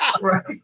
Right